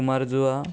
Cumbarjua